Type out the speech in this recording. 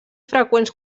freqüents